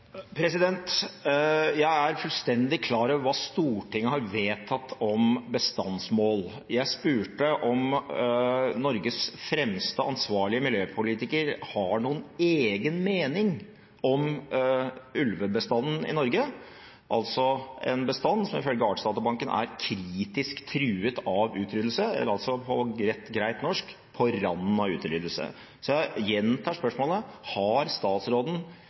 Jeg er fullstendig klar over hva Stortinget har vedtatt om bestandsmål. Jeg spurte om Norges fremste ansvarlige miljøpolitiker har noen egen mening om ulvebestanden i Norge, altså en bestand som ifølge Artsdatabanken er kritisk truet av utryddelse, eller – på greit norsk – på randen av utryddelse. Så jeg gjentar spørsmålet: Har statsråden